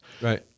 Right